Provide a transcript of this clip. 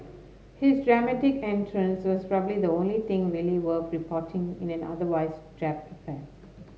his dramatic entrance was probably the only thing really worth reporting in an otherwise drab affair